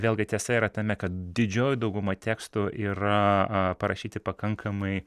vėlgi tiesa yra tame kad didžioji dauguma tekstų yra parašyti pakankamai